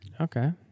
okay